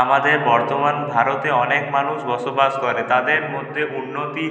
আমাদের বর্তমান ভারতে অনেক মানুষ বসবাস করে তাদের মধ্যে উন্নত